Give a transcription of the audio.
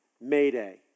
Mayday